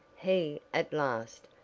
he, at last,